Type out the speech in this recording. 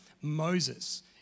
Moses